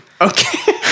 Okay